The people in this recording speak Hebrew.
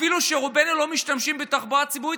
אפילו שרובנו לא משתמשים בתחבורה ציבורית